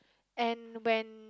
and when